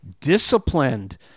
disciplined